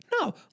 no